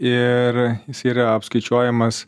ir jisai yra apskaičiuojamas